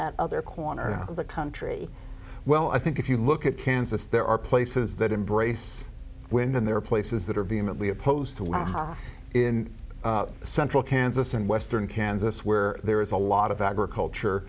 that other corner of the country well i think if you look at kansas there are places that embrace when there are places that are vehemently opposed to our in central kansas and western kansas where there is a lot of agriculture